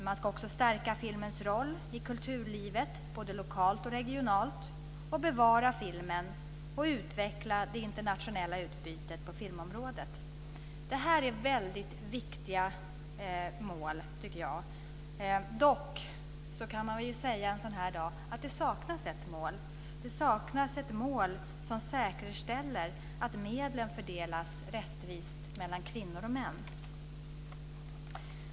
Man ska också stärka filmens roll i kulturlivet, både lokalt och regionalt, bevara filmen och utveckla det internationella utbytet på filmområdet. Detta är viktiga mål. Dock kan man en sådan här dag säga att det saknas ett mål. Det saknas ett mål som säkerställer att medlen fördelas rättvist mellan kvinnor och män.